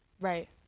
Right